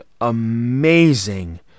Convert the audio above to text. amazing